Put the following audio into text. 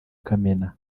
kamena